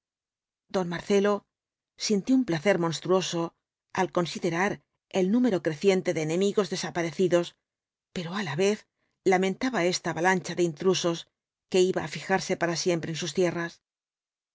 don marcelo sintió un placer monstruoso al considerar el númeio creciente de enemigos desaparecidos pero á la vez lamentaba esta avalancha de intrusos que iba á fijarse para siempre en sus tierras